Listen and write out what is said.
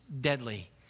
deadly